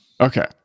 Okay